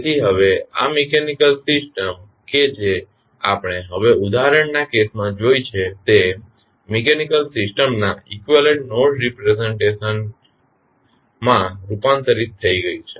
તેથી હવે આ મિકેનીકલ સિસ્ટમ કે જે આપણે હવે ઉદાહરણ ના કેસમાં જોઇ છે તે મિકેનીકલ સિસ્ટમના ઇકવીવેલન્ટ નોડ રિપ્રેઝ્ન્ટેશન માં રૂપાંતરિત થઈ ગઈ છે